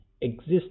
exist